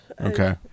Okay